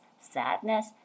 sadness